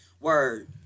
Word